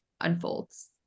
unfolds